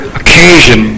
occasion